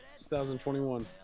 2021